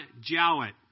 Jowett